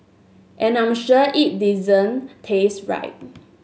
and I'm sure it didn't taste right